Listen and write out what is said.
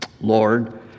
Lord